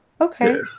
okay